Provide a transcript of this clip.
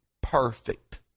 perfect